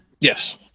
Yes